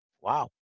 Wow